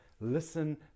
Listen